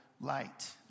light